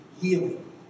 healing